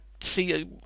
see